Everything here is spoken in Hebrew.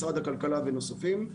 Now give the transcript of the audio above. משרד הכלכלה ונוספים.